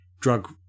Drug